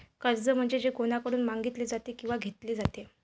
कर्ज म्हणजे जे कोणाकडून मागितले जाते किंवा घेतले जाते